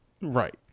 Right